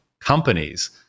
companies